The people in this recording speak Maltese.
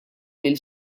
lil